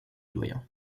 doyen